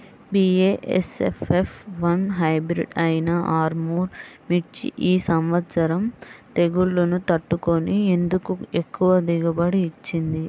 BASF F one hybrid అయినా ఆర్ముర్ మిర్చి ఈ సంవత్సరం తెగుళ్లును తట్టుకొని ఎందుకు ఎక్కువ దిగుబడి ఇచ్చింది?